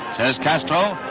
says castro,